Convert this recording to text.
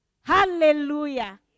Hallelujah